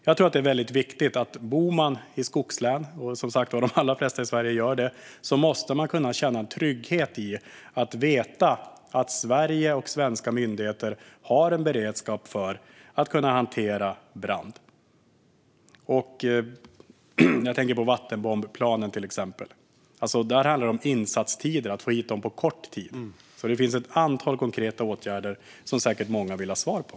Jag tror att det är viktigt att om man bor i ett skogslän - och de allra flesta i Sverige gör som sagt det - måste man kunna känna trygghet i och veta att Sverige och svenska myndigheter har beredskap för att hantera brand. Jag tänker till exempel på vattenbombplanen. Där handlar det om insatstiden - att få hit dem på kort tid. Det finns alltså ett antal frågor om konkreta åtgärder som säkert många vill ha svar på.